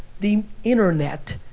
the internet,